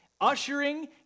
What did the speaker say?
Ushering